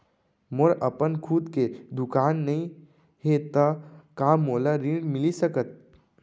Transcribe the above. मोर अपन खुद के दुकान नई हे त का मोला ऋण मिलिस सकत?